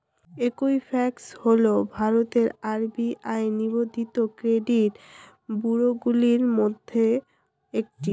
Equifax হল ভারতের RBI নিবন্ধিত ক্রেডিট ব্যুরোগুলির মধ্যে একটি